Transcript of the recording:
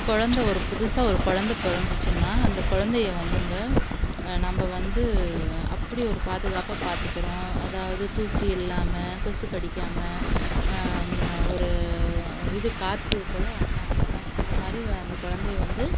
குழந்த ஒரு புதுசாக ஒரு குழந்த பிறந்துச்சின்னா அந்த குழந்தைய வந்துங்க நம்ம வந்து அப்படி ஒரு பாதுகாப்பாக பார்த்துக்குறோம் அதாவது தூசி இல்லாமல் கொசு கடிக்காமல் ஒரு இது காற்று கூட அண்டாமல் அந்தமாதிரி அந்த குழந்தைய வந்து